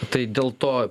tai dėl to